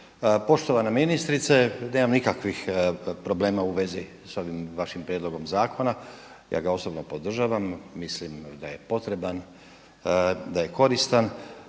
Poštovana ministrice nemam nikakvih problema u svezi sa ovim vašim prijedlogom zakona, ja ga osobno podržavam, mislim da je potreban, da je koristan.